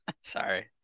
Sorry